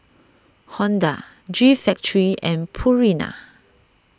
Honda G Factory and Purina